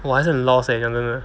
我还是很 lost leh 讲真的